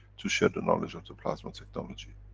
to share the knowledge of the plasma technology.